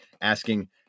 asking